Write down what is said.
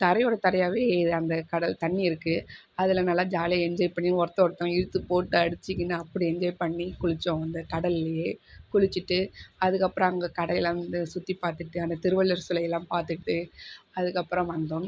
தரையோட தரையாகவே அந்த கடல் தண்ணி இருக்கு அதில் நல்லா ஜாலியாக என்ஜாய் பண்ணி ஒருத்த ஒருத்தவங்க இழுத்துப்போட்டு அடிச்சிக்கின்னு அப்படி என்ஜாய் பண்ணி குளிச்சோம் அந்த கடல்லேயே குளிச்சிவிட்டு அதற்கப்பறம் அங்கே கடையலாம் வந்து சுற்றிப் பார்த்துட்டு அந்த திருவள்ளுவர் சிலையெல்லாம் பார்த்துட்டு அதற்கப்பறம் வந்தோம்